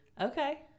Okay